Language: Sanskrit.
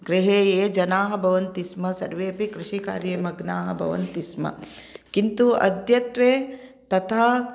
गृहे ये जनाः भवन्ति स्म सर्वे अपि कृषीकार्ये मग्नाः भवन्ति स्म किन्तु अद्यत्वे तथा